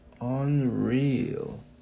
Unreal